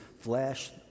flesh